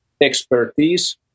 expertise